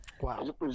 wow